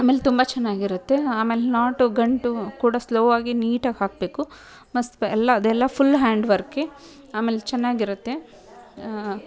ಆಮೇಲೆ ತುಂಬ ಚೆನ್ನಾಗಿರುತ್ತೆ ಆಮೇಲೆ ನಾಟು ಗಂಟು ಕೂಡ ಸ್ಲೋವಾಗಿ ನೀಟಾಗಿ ಹಾಕಬೇಕು ಮಸ್ತು ಬೆ ಎಲ್ಲ ಅದೆಲ್ಲ ಫುಲ್ ಹ್ಯಾಂಡ್ ವರ್ಕೆ ಆಮೇಲೆ ಚೆನ್ನಾಗಿರುತ್ತೆ